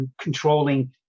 controlling